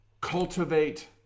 Cultivate